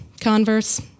converse